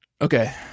Okay